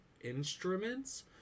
instruments